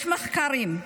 יש מחקרים.